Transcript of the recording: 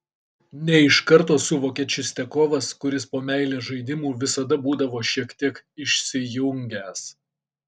ne iš karto suvokė čistiakovas kuris po meilės žaidimų visada būdavo šiek tiek išsijungęs